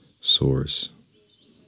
source